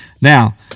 Now